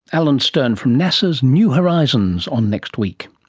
alan stern from nasa's new horizons, on next week.